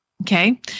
Okay